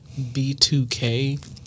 B2K